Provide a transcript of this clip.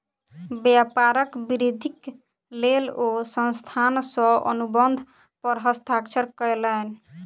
व्यापारक वृद्धिक लेल ओ संस्थान सॅ अनुबंध पर हस्ताक्षर कयलैन